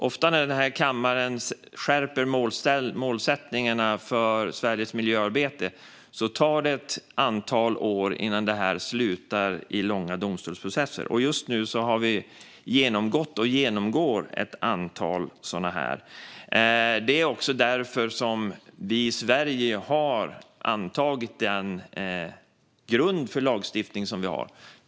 Ofta när den här kammaren skärper målsättningarna för Sveriges miljöarbete tar det ett antal år innan det slutar i långa domstolsprocesser, och vi har genomgått och genomgår just nu ett antal sådana. Det är därför som vi i Sverige har antagit den grund för lagstiftning som vi har.